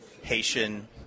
Haitian